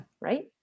Right